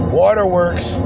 waterworks